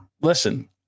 Listen